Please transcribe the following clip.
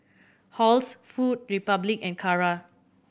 Halls Food Republic and Kara